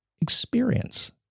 Experience